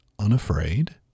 unafraid